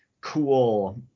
cool